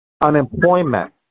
unemployment